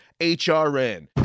hrn